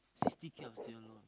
sixty K of student loan